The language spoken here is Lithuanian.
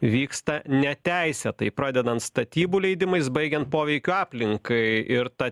vyksta neteisėtai pradedant statybų leidimais baigiant poveikiu aplinkai ir ta